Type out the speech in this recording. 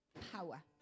power